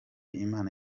imana